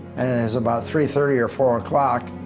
was about three thirty or four o'clock,